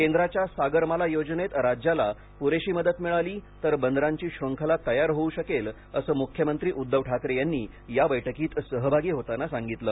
केंद्राच्या सागरमाला योजनेत राज्याला पुरेशी मदत मिळाली तर बंदरांची शृंखला तयार होऊ शकेल असं मुख्यमंत्री उद्धव ठाकरे यांनी या बैठकीत सहभागी होताना सांगितलं